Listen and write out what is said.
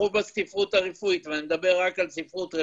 ככל שאפשר יהיה להוריד את זיהום האוויר הזה,